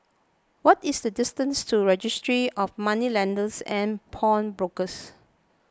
what is the distance to Registry of Moneylenders and Pawnbrokers